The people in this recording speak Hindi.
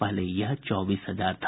पहले यह चौबीस हजार था